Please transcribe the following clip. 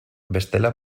bestela